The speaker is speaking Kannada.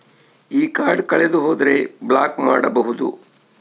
ಈ ಕಾರ್ಡ್ ಕಳೆದು ಹೋದರೆ ಬ್ಲಾಕ್ ಮಾಡಬಹುದು?